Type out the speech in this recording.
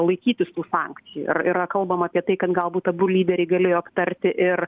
laikytis tų sankcijų ir yra kalbama apie tai kad galbūt abu lyderiai galėjo aptarti ir